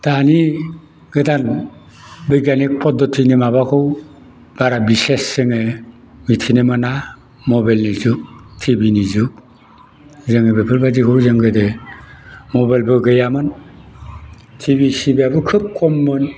दानि गोदान बैग्यानिक पद्धतिनि माबाखौ बारा बिसेस जोङो मिथिनो मोना मबाइलनि जुग टिभिनि जुग जोङो बेफोरबायदिखौबो जों गोदो मबाइलबो गैयामोन टिभि सिभियाबो खोब खममोन